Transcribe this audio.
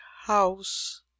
house